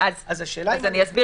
אז השאלה אם --- אני אסביר,